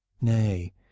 Nay